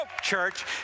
church